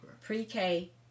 Pre-K